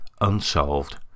unsolved